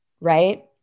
right